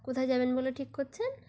কোথায় যাবেন বলে ঠিক করছেন